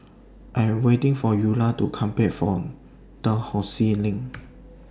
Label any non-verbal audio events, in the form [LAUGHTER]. I Am waiting For Eulah to Come Back from Dalhousie Lane [NOISE]